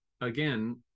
again